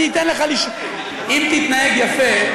אם תתנהג יפה,